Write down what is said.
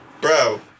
Bro